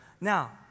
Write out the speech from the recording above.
Now